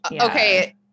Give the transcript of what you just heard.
Okay